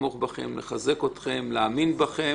לתמוך בכם, לחזק אתכם, להאמין בכם.